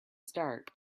start